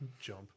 jump